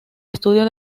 estudio